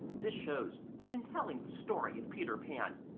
this shows that, in telling the story of peter pan,